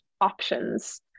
options